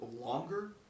longer